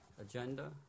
agenda